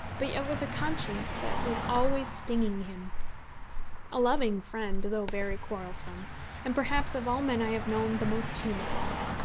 but yet with a conscience that was always stinging him a loving friend, though very quarrelsome and, perhaps, of all men i have known, the most humorous.